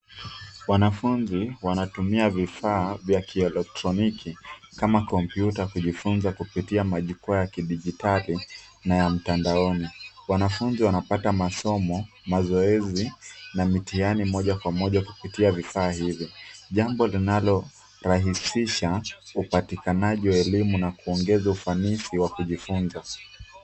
Wanafunzi wanatumia vifaa vya kielektroniki kama kompyuta kujifunza kupitia majukwaa ya kidijitali na ya mtandaoni. Wanafunzi wanapata masomo, mazoezi na mitihani moja kwa moja kupitia vifaa hivi. Jambo linalorahisisha upatikanaji wa elimu na kuongeza ufanisi wa kujifunza.